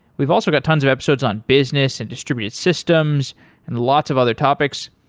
we've also got tons of episodes on business and distributed systems and lots of other topics.